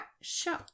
show